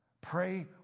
Pray